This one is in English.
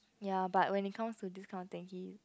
ya but when it comes to this kind of thing he